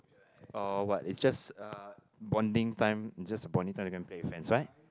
oh what is just uh bonding time just a bonding time you can play with friends right